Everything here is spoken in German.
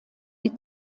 die